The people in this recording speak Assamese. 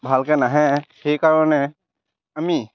ভালকৈ নাহে সেইকাৰণে আমি